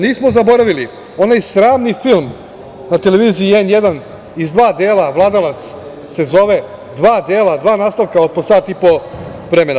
Nismo zaboravili onaj sramni film na televiziji N1 iz dva dela, "Vladalac" se zove, dva nastavka od po sat i po vremena.